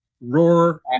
roar